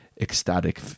ecstatic